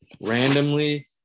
randomly –